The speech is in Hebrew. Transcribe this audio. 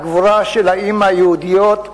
הגבורה של האמהות היהודיות,